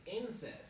incest